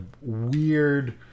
weird